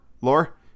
Lore